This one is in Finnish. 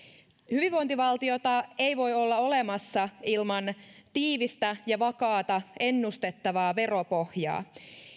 hyvinvointivaltiota ei voi olla olemassa ilman tiivistä ja vakaata ennustettavaa veropohjaa